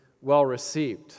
well-received